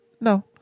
no